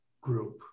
group